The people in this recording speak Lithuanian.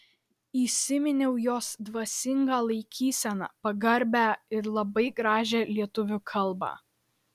įsiminiau jos dvasingą laikyseną pagarbią ir labai gražią lietuvių kalbą